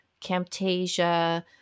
Camtasia